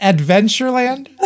Adventureland